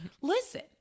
Listen